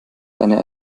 eine